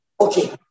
Okay